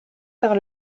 par